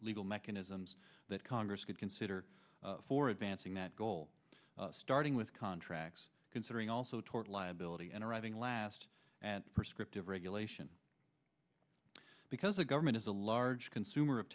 legal mechanisms that congress could consider for advancing that goal starting with contracts considering also tort liability and arriving last at prescriptive regulation because the government is a large consumer of